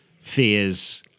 fears